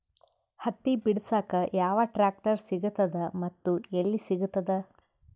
ಹತ್ತಿ ಬಿಡಸಕ್ ಯಾವ ಟ್ರಾಕ್ಟರ್ ಸಿಗತದ ಮತ್ತು ಎಲ್ಲಿ ಸಿಗತದ?